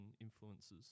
influences